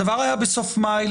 הדבר היה בסוף מאי.